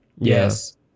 Yes